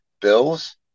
Bills